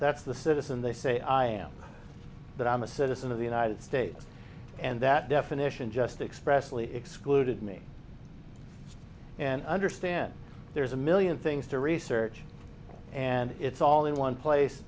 that's the citizen they say i am that i'm a citizen of the united states and that definition just expressively excluded me and i understand there's a million things to research and it's all in one place